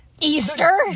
Easter